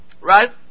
Right